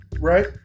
right